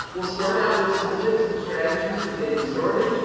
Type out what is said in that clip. we'll start out with some tips and strategies for getting started.